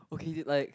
okay it like